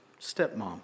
stepmom